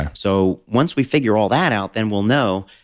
ah so once we figure all that out then we'll know,